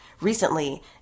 recently